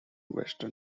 western